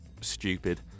stupid